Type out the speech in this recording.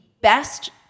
best